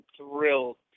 thrilled